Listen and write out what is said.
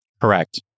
correct